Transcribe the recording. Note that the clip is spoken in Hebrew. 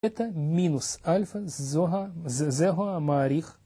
‫תטא מינוס אלפא, זו זה המעריך.